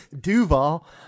Duval